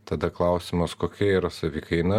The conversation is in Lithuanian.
tada klausimas kokia yra savikaina